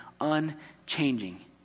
unchanging